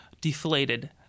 deflated